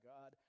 God